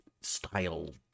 style